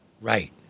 Right